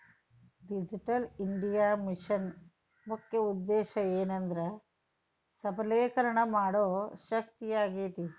digital India ಮಿಷನ್ನ ಮುಖ್ಯ ಉದ್ದೇಶ ಏನೆಂದ್ರ ಸಬಲೇಕರಣ ಮಾಡೋ ಶಕ್ತಿಯಾಗೇತಿ